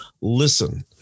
listen